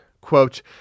Quote